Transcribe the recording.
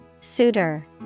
Suitor